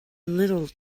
little